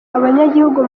abanyagihugu